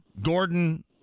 Gordon